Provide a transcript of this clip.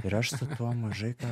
ir aš su tuo mažai ką